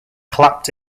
clapped